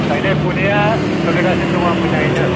गायनाय फुनाया सोलिगासिनो दं मोजाङै नो